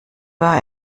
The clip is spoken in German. war